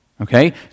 Okay